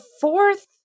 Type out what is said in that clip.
fourth